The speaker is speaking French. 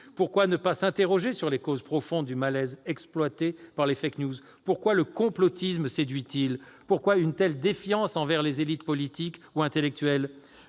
Pourquoi ne pas s'interroger sur les causes profondes du malaise exploité par les ? Pourquoi le complotisme séduit-il ? Pourquoi une telle défiance envers les élites politiques ou intellectuelles ?